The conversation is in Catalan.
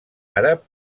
àrab